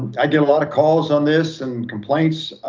i did a lot of calls on this and complaints.